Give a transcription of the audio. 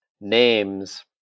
names